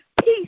Peace